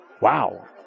wow